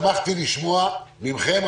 שמחתי לשמוע מכם.